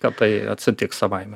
kad tai atsitiks savaime